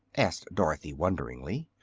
asked dorothy, wonderingly.